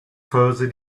further